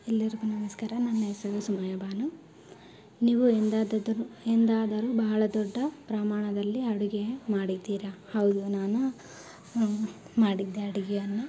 ಎಲ್ಲರಿಗೂ ನಮಸ್ಕಾರ ನನ್ನ ಹೆಸರು ಸುಮಯ ಬಾನು ನೀವು ಎಂದಾದರೂ ಎಂದಾದರೂ ಬಹಳ ದೊಡ್ಡ ಪ್ರಮಾಣದಲ್ಲಿ ಅಡುಗೆ ಮಾಡಿದ್ದೀರ ಹೌದು ನಾನು ಮಾಡಿದ್ದೆ ಅಡುಗೆಯನ್ನು